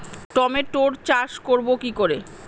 টমেটোর চাষ করব কি করে?